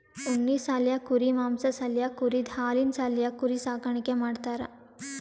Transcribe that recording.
ಉಣ್ಣಿ ಸಾಲ್ಯಾಕ್ ಕುರಿ ಮಾಂಸಾ ಸಾಲ್ಯಾಕ್ ಕುರಿದ್ ಹಾಲಿನ್ ಸಾಲ್ಯಾಕ್ ಕುರಿ ಸಾಕಾಣಿಕೆ ಮಾಡ್ತಾರಾ